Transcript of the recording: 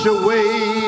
away